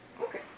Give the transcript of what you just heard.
Okay